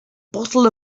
bottle